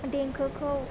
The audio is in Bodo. देंखोखौ